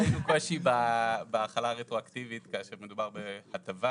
קושי בהחלה רטרואקטיבית כאשר מדובר בהטבה